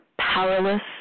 powerless